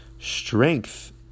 strength